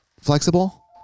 flexible